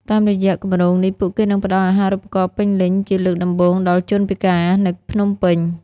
តាមរយៈគម្រោងនេះ ពួកគេនឹងផ្តល់អាហារូបករណ៍ពេញលេញជាលើកដំបូងដល់ជនពិការនៅភ្នំពេញ។